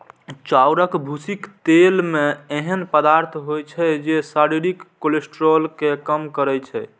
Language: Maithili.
चाउरक भूसीक तेल मे एहन पदार्थ होइ छै, जे शरीरक कोलेस्ट्रॉल कें कम करै छै